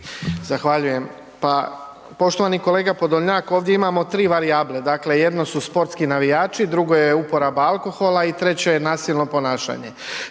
Zahvaljujem. Pa poštovani kolega Podolnjak, ovdje imamo 3 varijable. Dakle, jedno su sportski navijači, druga je uporaba alkohola i treće je nasilno ponašanje.